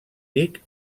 dic